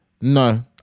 No